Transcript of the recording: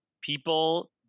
people